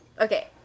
Okay